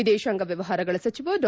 ವಿದೇಶಾಂಗ ವ್ಯವಹಾರಗಳ ಸಚಿವ ಡಾ